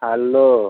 hello